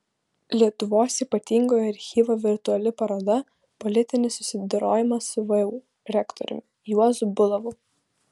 lietuvos ypatingojo archyvo virtuali paroda politinis susidorojimas su vu rektoriumi juozu bulavu